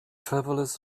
travelers